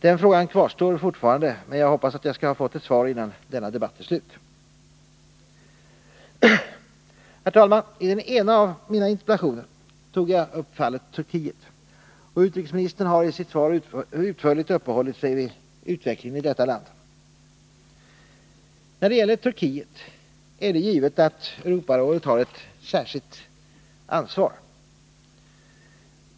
Den frågan kvarstår fortfarande, men jag hoppas att jag skall ha fått ett svar innan denna debatt är slut. Herr talman! I den ena av mina interpellationer tog jag upp fallet Turkiet, och utrikesministern har i sitt svar utförligt uppehållit sig vid utvecklingen i detta land. När det gäller Turkiet är det givet att Europarådet har ett särskilt ansvar.